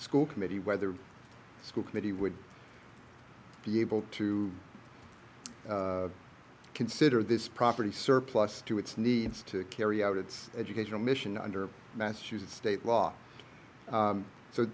school committee whether the school committee would be able to consider this property surplus to its needs to carry out its educational mission under massachusetts state law